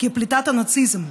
כפליטת הנאציזם,